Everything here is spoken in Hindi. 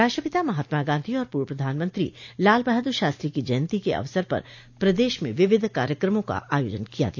राष्ट्रपिता महात्मा गांधी और पूर्व प्रधानमंत्री लालबहादुर शास्त्री की जयन्ती के अवसर पर प्रदेश में विविध कार्यक्रमों का आयोजन किया गया